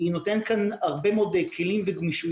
היא נותנת כאן הרבה מאוד כלים וגמישות